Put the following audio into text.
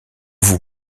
vous